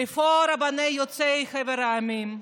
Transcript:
איפה רבני יוצאי חבר המדינות?